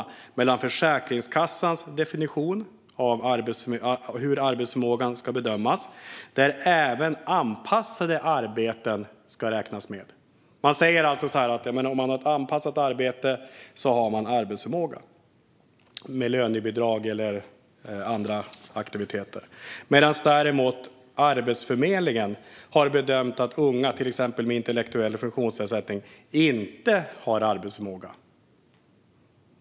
De har hamnat mellan Försäkringskassans definition av hur arbetsförmågan ska bedömas, där även anpassade arbeten ska räknas med, vilket alltså innebär att om man har ett anpassat arbete med lönebidrag eller andra aktiviteter har man arbetsförmåga, och Arbetsförmedlingen som däremot bedömer att unga med till exempel intellektuell funktionsnedsättning inte har arbetsförmåga.